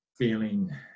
feeling